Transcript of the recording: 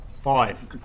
Five